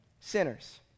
sinners